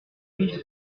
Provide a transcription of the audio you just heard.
mille